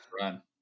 run